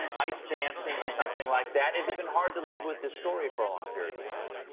and ice dancing or something like that? has it been hard to live with this story for a long period of time?